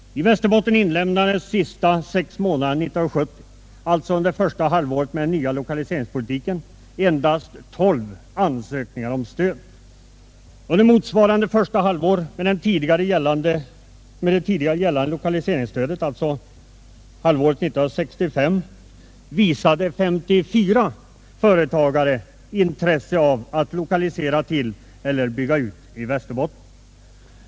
I Västerbotten inlämnades under de sista sex månaderna 1970, alltså det första halvåret med den nya lokaliseringspolitiken, endast tolv ansökningar om stöd. Under första halvåret med det tidigare gällande lokaliseringsstödet, alltså 1965, visade 54 företagare intresse av att lokalisera till eller bygga ut i Västerbotten.